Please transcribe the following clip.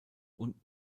und